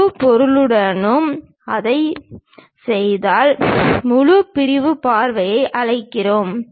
முழு பொருளுடனும் அதைச் செய்தால் முழு பிரிவு பார்வையை அழைக்கிறோம்